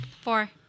Four